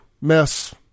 mess